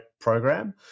program